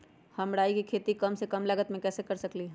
हम राई के खेती कम से कम लागत में कैसे कर सकली ह?